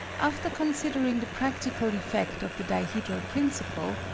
after considering the practical effect of the dihedral principle,